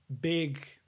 big